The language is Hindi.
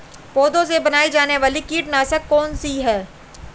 पौधों से बनाई जाने वाली कीटनाशक कौन सी है?